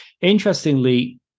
Interestingly